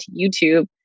YouTube